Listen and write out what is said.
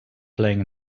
playing